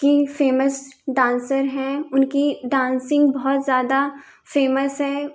की famous dancer है उनकी डांसिंग बहुत ज़्यादा फेमस है